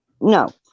No